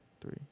Three